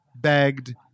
begged